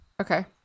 Okay